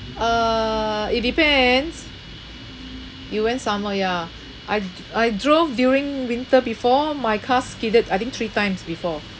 uh it depends you went summer ya I d~ I drove during winter before my car skidded I think three times before